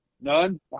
none